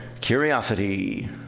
curiosity